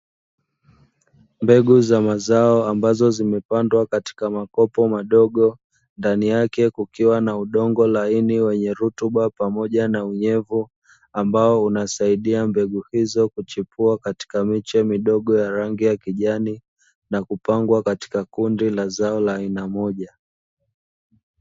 Mbegu za mazao ambazo zimepandwa katika makopo madogo, ndani yake kukiwa na udongo laini wenye rutuba pamoja na unyevu, ambao unasaidia mbegu hizo kuchipua katika miche midogo ya rangi ya kijani, na kupangwa katika kundi la zao ya aina moja.